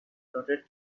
trotted